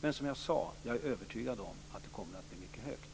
Men som jag sade är jag övertygad om att det kommer att bli mycket högt.